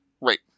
Right